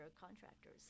contractors